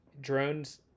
drones